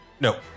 No